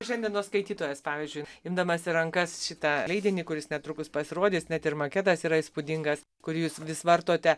šiandienos skaitytojas pavyzdžiui imdamas į rankas šitą leidinį kuris netrukus pasirodys net ir maketas yra įspūdingas kurį jūs vis vartote